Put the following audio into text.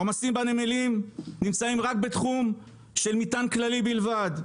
העומסים בנמלים נמצאים רק בתחום של מטען כללי בלבד.